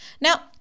Now